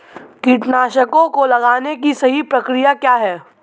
कीटनाशकों को लगाने की सही प्रक्रिया क्या है?